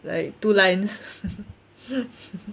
like two lines